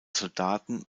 soldaten